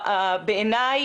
בעיניי,